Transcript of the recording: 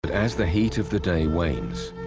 but as the heat of the day wanes,